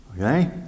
Okay